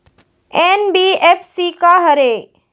NBFC का हरे?